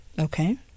Okay